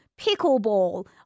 pickleball